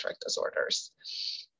disorders